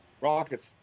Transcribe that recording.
Rockets